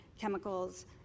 chemicals